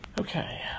Okay